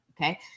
Okay